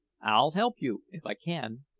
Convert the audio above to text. i'll help you, if i can.